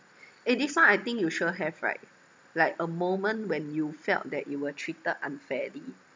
eh this one I think you sure have right like a moment when you felt that you were treated unfairly